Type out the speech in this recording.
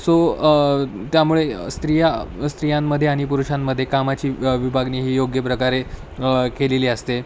so त्यामुळे स्त्रिया स्त्रियांमध्ये आणि पुरुषांमध्ये कामाची विभागणी ही योग्य प्रकारे केलेली असते